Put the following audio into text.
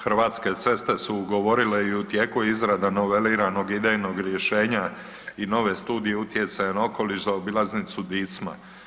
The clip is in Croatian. Hrvatske ceste su ugovorile i u tijeku je izrada noveliranog idejnog rješenja i nove studije utjecaja na okoliš za obilaznicu Dicma.